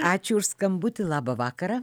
ačiū už skambutį labą vakarą